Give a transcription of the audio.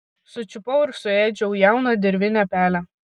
sučiupau ir suėdžiau jauną dirvinę pelę